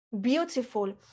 beautiful